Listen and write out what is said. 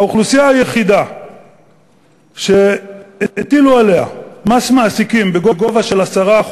האוכלוסייה היחידה שהטילו עליה מס מעסיקים בגובה 10%,